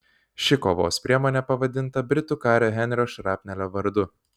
ši kovos priemonė pavadinta britų kario henrio šrapnelio vardu